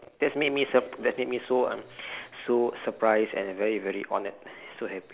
that's made me sup~ that's made me so un~ so surprised and very very honoured so happy